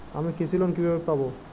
আমি কৃষি লোন কিভাবে পাবো?